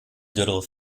doodle